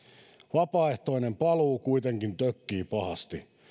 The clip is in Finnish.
vapaaehtoinen paluu kuitenkin tökkii pahasti